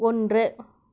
ஒன்று